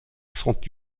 sont